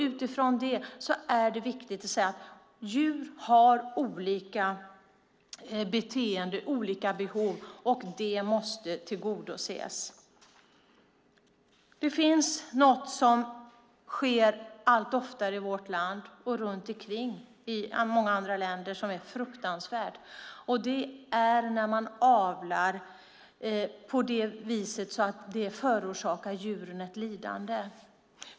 Utifrån detta är det viktigt att säga att djur har olika beteenden och olika behov, och det måste tillgodoses. Det finns något som sker allt oftare i vårt land och runt omkring i många andra länder som är fruktansvärt. Det är när man avlar på så vis att det förorsakar djuren ett lidande.